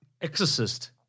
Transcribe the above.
Exorcist